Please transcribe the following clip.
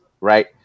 right